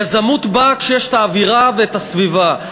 יזמות באה כשיש האווירה והסביבה.